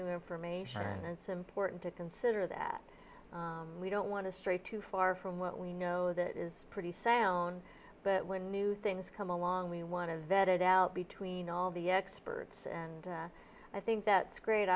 new information it's important to consider that we don't want to stray too far from what we know that is pretty sound when new things come along we want to vet it out between all the experts and i think that's great